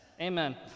Amen